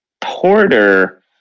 Porter